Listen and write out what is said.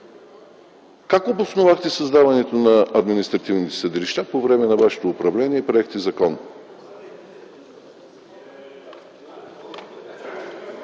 Как обосновахте създаването на административните съдилища по време на вашето управление и приехте закона?